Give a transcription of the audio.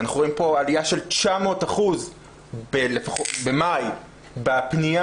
אנחנו רואים פה עליה של 900% במאי, בפניה